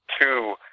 two